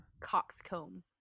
Coxcomb